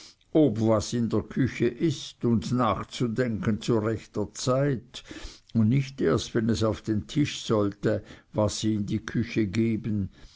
ob was in der küche ist und nachzudenken zu rechter zeit und nicht erst wenn es auf den tisch sollte was sie in die küche geben